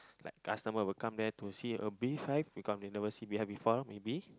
like customer will come there a beehive become they never see beehive before lor maybe